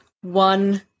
one